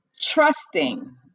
trusting